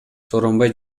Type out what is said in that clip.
сооронбай